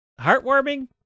heartwarming